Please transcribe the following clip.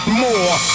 more